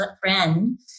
friend